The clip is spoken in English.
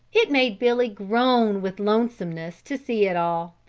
it made billy groan with lonesomeness to see it all,